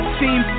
team